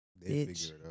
Bitch